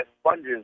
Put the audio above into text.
sponges